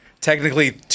Technically